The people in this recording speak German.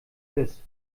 ist